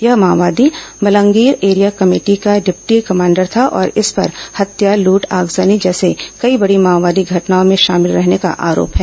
यह माओवादी Malangir area committee का डिप्टी कमांडर था और इस पर हत्या लूट आगजनी जैसी कई बड़ी माओवादी घटनाओं में शामिल रहने का आरोप है